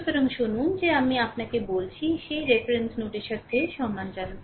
সুতরাং শুনুন যে আমি আপনাকে বলেছি সেই রেফারেন্স নোডের সাথে সম্মান জানাতে